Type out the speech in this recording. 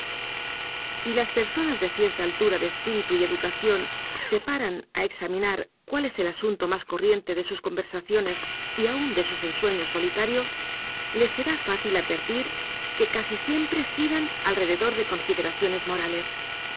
si las per sonas de cierta altura de espíritu y educación se paran a examinar cuál es el asunto más corriente de sus conversaciones y aun de sus ensueños so litarios les será fácil advertir que casi siempre giran alrededor de consideraciones morales